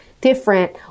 different